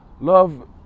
love